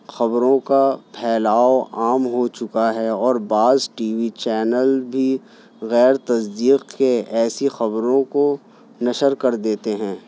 خبروں کا پھیلاؤ عام ہو چکا ہے اور بعض ٹی وی چینل بھی غیر تصدیق کے ایسی خبروں کو نشر کر دیتے ہیں